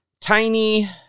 Tiny